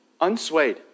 unswayed